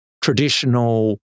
traditional